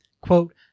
Quote